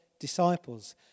disciples